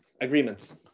agreements